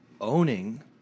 owning